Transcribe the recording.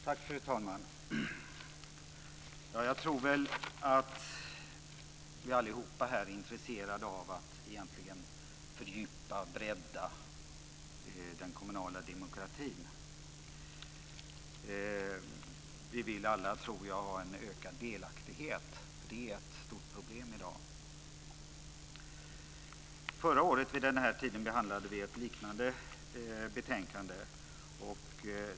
Fru talman! Jag tror att vi allihopa här är intresserade av att fördjupa och bredda den kommunala demokratin. Vi vill alla, tror jag, ha en ökad delaktighet. Det är ett stort problem i dag. Förra året vid denna tid behandlade vi ett liknande betänkande.